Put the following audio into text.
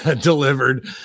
delivered